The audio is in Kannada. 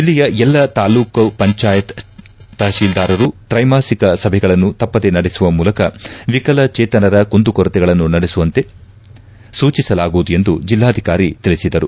ಜಿಲ್ಲೆಯ ಎಲ್ಲ ತಾಲೂಕಾ ಪಂಚಾಯತ್ ತಹಶೀಲ್ದಾರರು ತ್ರೈಮಾಸಿಕ ಸಭೆಗಳನ್ನು ತಪ್ಪದೇ ನಡೆಸುವ ಮೂಲಕ ವಿಕಲಚೇತನರ ಕುಂದು ಕೊರತೆಗಳನ್ನು ನಡೆಸುವಂತೆ ಸೂಚಲಾಗುವುದು ಎಂದು ಜಿಲ್ಲಾಧಿಕಾರಿ ತಿಳಿಸಿದರು